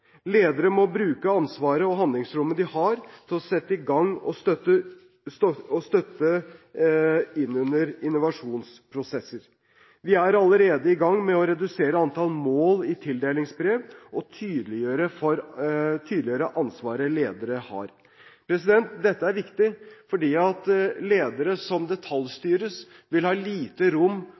Ledere må bruke ansvaret og handlingsrommet de har, til å sette i gang og støtte opp under innovasjonsprosesser. Vi er allerede i gang med å redusere antall mål i tildelingsbrev og tydeliggjøre ansvaret ledere har. Dette er viktig fordi ledere som detaljstyres, vil ha lite rom